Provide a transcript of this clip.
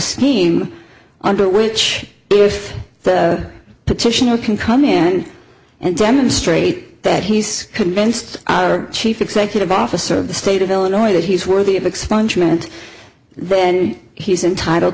scheme under which if the petitioner can come in and demonstrate that he's convinced our chief executive officer of the state of illinois that he's worthy of expungement then he's entitled